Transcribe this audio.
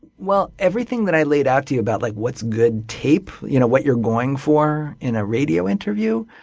well, everything that i laid out to you about like what's good tape, you know what you're going for in a radio interview,